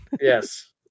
yes